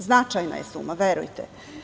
Značajna je suma, verujte.